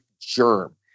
germ